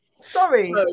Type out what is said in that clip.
sorry